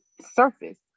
surface